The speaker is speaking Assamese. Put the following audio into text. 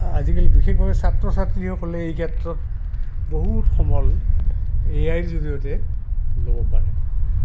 আজিকালি বিশেষভাৱে ছাত্ৰ ছাত্ৰীসকলে এই ক্ষেত্ৰত বহুত সমল এ আইৰ জৰিয়তে ল'ব পাৰে